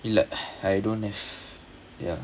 இல்ல:illa I don't have ya